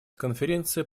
конференция